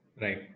Right